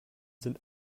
sind